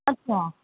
अच्छा